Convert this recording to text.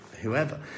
whoever